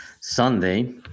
sunday